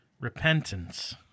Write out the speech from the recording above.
Repentance